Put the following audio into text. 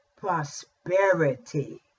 prosperity